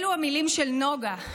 אלו המילים של נגה,